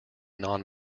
non